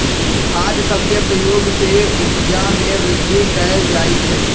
खाद सभके प्रयोग से उपजा में वृद्धि कएल जाइ छइ